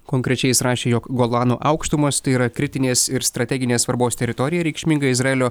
konkrečiai jis rašė jog golano aukštumos tai yra kritinės ir strateginės svarbos teritorija reikšminga izraelio